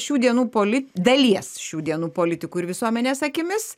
šių dienų poli dalies šių dienų politikų ir visuomenės akimis